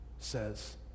says